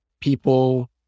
people